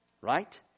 right